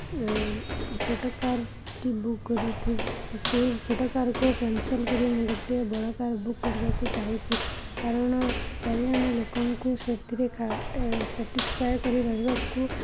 ଛୋଟ କାର୍ଟି ବୁକ୍ କରିଥିଲି ସେହି ଛୋଟ କାର୍କୁ କ୍ୟାନ୍ସେଲ୍ କରି ମୁଁ ଗୋଟିଏ ବଡ଼ କାର୍ ବୁକ୍ କରିବାକୁ ଚାହୁଁଛି କାରଣ ଚାରିଜଣ ଲୋକଙ୍କୁ ସେଥିରେ ସେଟିସ୍ଫାଏ କରି ରହିବାକୁ